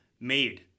made